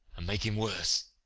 and make him worse.